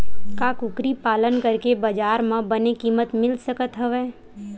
का कुकरी पालन करके बजार म बने किमत मिल सकत हवय?